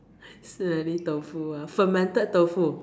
smelly tofu ah fermented tofu